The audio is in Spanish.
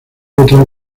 otra